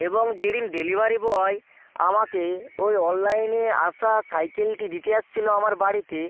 এবং যেদিন delivery boy আমাকে ওই অনলাইনে আসা সাইকেলটি দিতে আসছিল আমার বাড়িতে